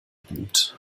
boomt